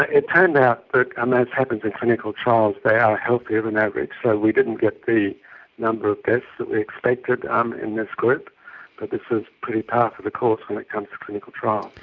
ah it turned out that, um as happens in clinical trials, they are healthier than average. so we didn't get the number of deaths that we expected um in this group, but this is pretty par for the course when it comes to clinical trials.